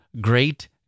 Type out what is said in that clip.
great